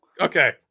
okay